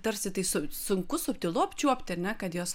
tarsi tai su sunku subtilu apčiuopti ar ne kad jos